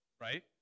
Right